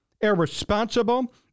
irresponsible